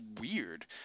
weird